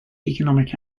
economic